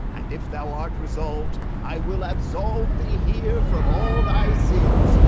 and if thou art resolved, i will absolve thee here from all thy sins,